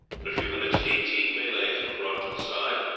in a few minutes eighteen malays were brought to the side,